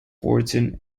fortune